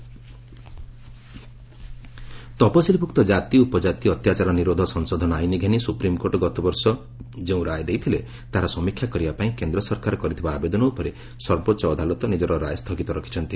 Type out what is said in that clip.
SC ST verdict ତଫସିଲଭୁକ୍ତ କାତି ଉପକାତି ଅତ୍ୟାଚାର ନିରୋଧ ସଂଶୋଧନ ଆଇନ ଘେନି ସୁପ୍ରିମକୋର୍ଟ ଗତବର୍ଷ ଯେଉଁ ରାୟ ଦେଇଥିଲେ ତାହାର ସମୀକ୍ଷା କରିବା ପାଇଁ କେନ୍ଦ୍ର ସରକାର କରିଥିବା ଆବେଦନ ଉପରେ ସର୍ବୋଚ୍ଚ ଅଦାଲତ ନିକର ରାୟ ସ୍ଥଗିତ ରଖିଛନ୍ତି